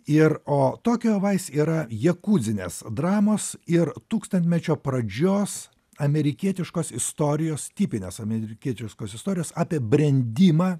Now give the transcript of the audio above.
ir o tokijo vais yra jekuzinės dramos ir tūkstantmečio pradžios amerikietiškos istorijos tipinės amerikietiškos istorijos apie brendimą